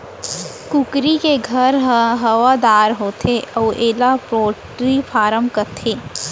कुकरी के घर ह हवादार होथे अउ एला पोल्टी फारम कथें